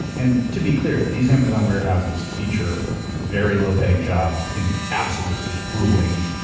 and to be clear, these amazon warehouses feature very low-paying jobs in absolutely grueling,